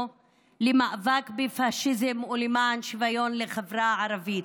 למאבק בפשיזם ולמען שוויון לחברה הערבית.